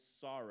sorrow